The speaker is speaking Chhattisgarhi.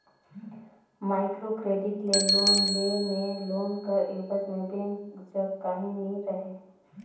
माइक्रो क्रेडिट ले लोन लेय में लोन कर एबज में बेंक जग काहीं नी रहें